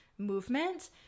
movement